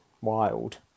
wild